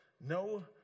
no